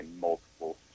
multiple